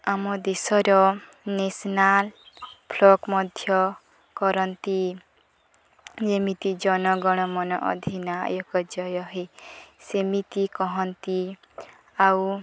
ଆମ ଦେଶର national flag ମଧ୍ୟ କରନ୍ତି ଯେମିତି ଜନଗଣ ମନ ଅଧୀ ନାଏକ ଜୟ ହେ ସେମିତି କହନ୍ତି ଆଉ